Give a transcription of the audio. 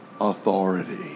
authority